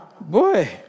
Boy